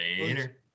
later